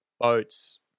boats